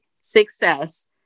success